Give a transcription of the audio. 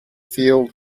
field